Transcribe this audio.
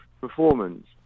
performance